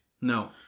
No